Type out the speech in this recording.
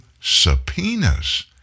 subpoenas